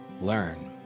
learn